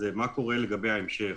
מה קורה לגבי ההמשך?